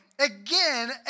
Again